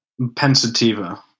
pensativa